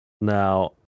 Now